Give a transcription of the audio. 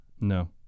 No